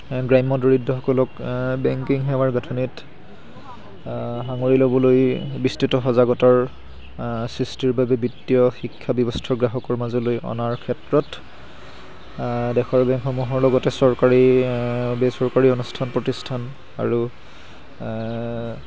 গ্ৰাম্য দৰিদ্ৰসকলক আ বেংকিং সেৱাৰ গাঁথনিত আ সাঙুৰি ল'বলৈ বিস্তৃত সজাগতাৰ সৃষ্টিৰ বাবে বিত্তীয় শিক্ষা ব্যৱস্থাৰ গ্ৰাহকৰ মাজলৈ অনাৰ ক্ষেত্ৰত আ দেশৰ বেংকসমূহৰ লগতে চৰকাৰী বেচৰকাৰী অনুষ্ঠান প্ৰতিষ্ঠান আৰু